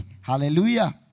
Hallelujah